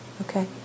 Okay